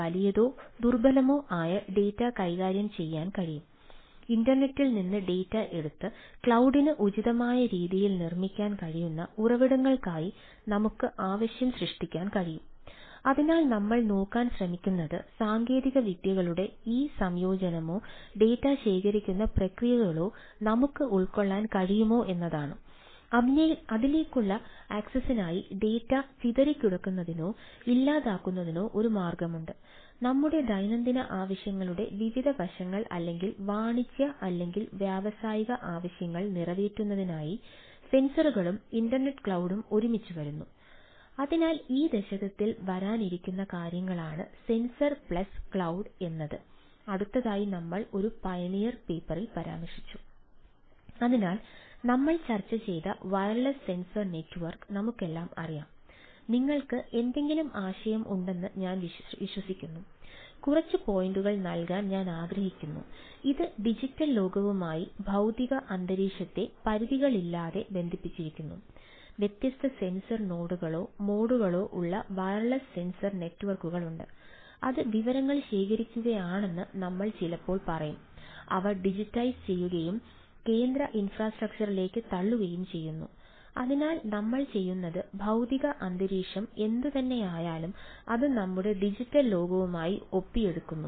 വലിയ ഡാറ്റാ എന്നത് അടുത്തതായി നമ്മൾ ഒരു പയനിയർ പേപ്പറിൽ പരാമർശിച്ചു അതിനാൽ നമ്മൾ ചർച്ച ചെയ്ത വയർലെസ് സെൻസർ നെറ്റ്വർക്ക് തള്ളുകയും ചെയ്യുന്നു അതിനാൽ നമ്മൾ ചെയ്യുന്നത് ഭൌതിക അന്തരീക്ഷം എന്തുതന്നെയായാലും അത് നമ്മുടെ ഡിജിറ്റൽ ലോകവുമായി ഒപ്പിയെടുക്കുന്നു